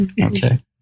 Okay